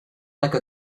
like